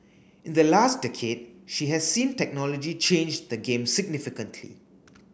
in the last decade she has seen technology change the game significantly